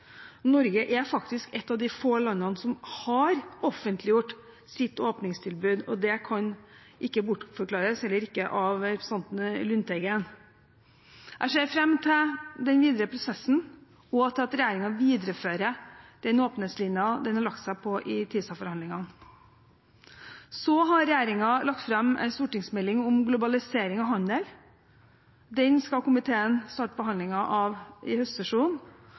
Norge er faktisk ett av de få landene som har offentliggjort sitt åpningstilbud. Det kan ikke bortforklares, heller ikke av representanten Lundteigen. Jeg ser fram til den videre prosessen, og til at regjeringen viderefører den åpenhetslinjen den har lagt seg på i TISA-forhandlingene. Så har regjeringen lagt fram en stortingsmelding om globalisering av handel. Den skal komiteen starte behandlingen av i høstsesjonen,